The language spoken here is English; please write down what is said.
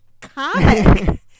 comic